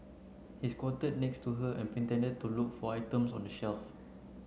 he squatted next to her and pretended to look for items on the shelf